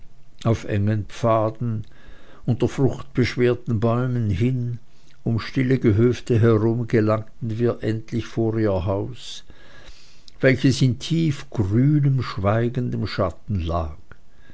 auf engen pfaden unter fruchtbeschwerten bäumen hin um stille gehöfte herum gelangten wir endlich vor ihr haus welches in tiefgrünem schweigendem schatten lag